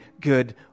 good